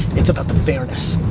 it's about the fairness.